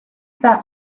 that